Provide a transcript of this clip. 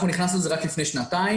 אנחנו נכנסנו לזה רק לפני שנתיים.